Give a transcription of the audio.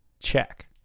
Check